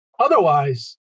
Otherwise